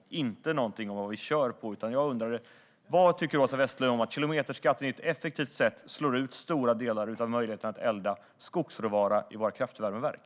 Min fråga gällde inte vad vi kör på, utan jag undrade vad Åsa Westlund tycker om att kilometerskatten effektivt slår ut stora delar av möjligheten att elda med skogsråvara i våra kraftvärmeverk.